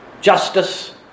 Justice